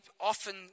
often